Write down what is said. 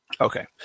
Okay